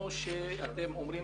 או שאתם אומרים